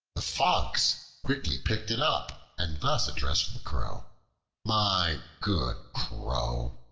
the fox quickly picked it up, and thus addressed the crow my good crow,